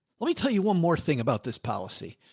let me tell you one more thing about this policy.